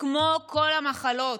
כמו כל המחלות.